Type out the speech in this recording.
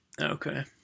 Okay